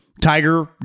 Tiger